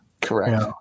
Correct